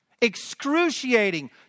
excruciating